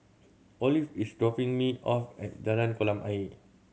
Olive is dropping me off at Jalan Kolam Ayer